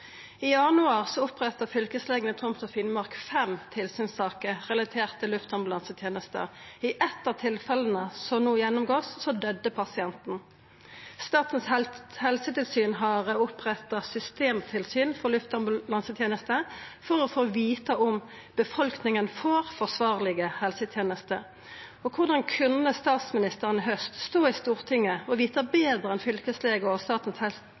I januar oppretta fylkeslegen i Troms og Finnmark fem tilsynssaker relaterte til luftambulansetenesta. I eitt av tilfella som no vert gjennomgått, døydde pasienten. Statens helsetilsyn har oppretta systemtilsyn for luftambulansetenesta for å få vita om befolkninga får forsvarlege helsetenester. Korleis kunne statsministeren stå i Stortinget i haust og vita betre enn fylkeslegen og Statens